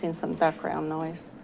and some background noise.